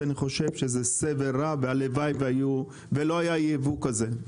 שאני חושב שזה סבל רב והלוואי ולא היה יבוא כזה,